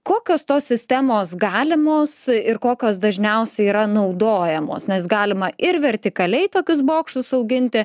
kokios tos sistemos galimos ir kokios dažniausiai yra naudojamos nes galima ir vertikaliai tokius bokštus auginti